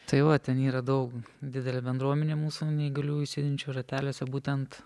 tai va ten yra daug didelė bendruomenė mūsų neįgaliųjų sėdinčių rateliuose būtent